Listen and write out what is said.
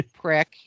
prick